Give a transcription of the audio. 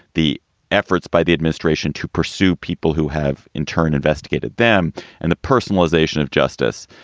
the efforts by the administration to pursue people who have interned, investigated them and the personalization of justice.